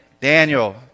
Daniel